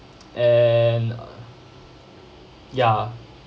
and ya